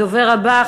הדובר הבא,